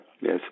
Yes